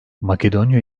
makedonya